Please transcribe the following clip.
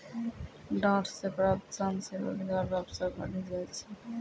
डांट से प्राप्त सन से रोजगार रो अवसर बढ़ी जाय छै